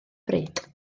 bryd